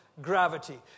gravity